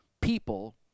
people